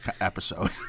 episode